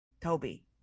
Toby